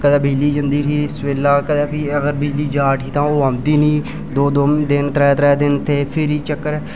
कदें बिजली जंदी उठी सवेला ते जे बिजली जा ऊठी तां फ्ही ओह् औंदी नी दो दो दिन त्रै त्रै दिन ते फ्ही बी चक्कर पौंदा